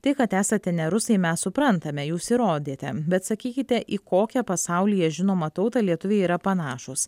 tai kad esate ne rusai mes suprantame jūs įrodėte bet sakykite į kokią pasaulyje žinomą tautą lietuviai yra panašūs